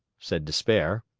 said despair.